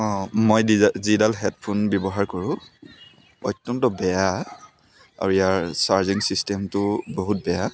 অঁ মই ডি যিডাল হেডফোন ব্যৱহাৰ কৰোঁ অত্যন্ত বেয়া আৰু ইয়াৰ চাৰ্জিং ছিষ্টেমটো বহুত বেয়া